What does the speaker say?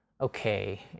Okay